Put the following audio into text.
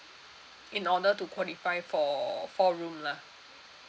in order to qualify for four room lah